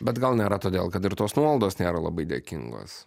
bet gal nėra todėl kad ir tos nuolaidos nėra labai dėkingos